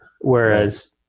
Whereas